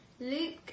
Luke